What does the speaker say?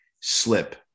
slip